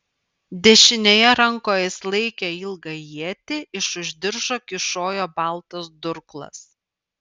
dešinėje rankoje jis laikė ilgą ietį iš už diržo kyšojo baltas durklas